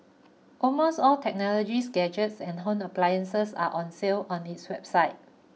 almost all technologies gadgets and home appliances are on sale on its website